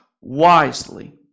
wisely